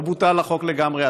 החוק לא בוטל לגמרי.